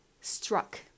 struck